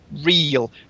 real